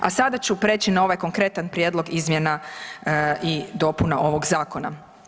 A sada ću prijeći na ovaj konkretan prijedlog izmjena i dopuna ovog zakona.